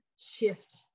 shift